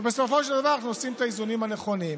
ובסופו של דבר אנחנו עושים את האיזונים הנכונים,